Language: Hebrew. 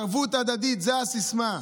ערבות הדדית זו הסיסמה.